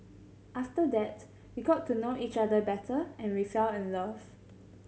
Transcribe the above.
after that we got to know each other better and we fell in love